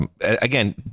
Again